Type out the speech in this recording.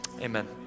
amen